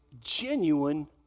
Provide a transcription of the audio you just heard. genuine